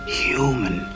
human